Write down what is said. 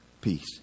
peace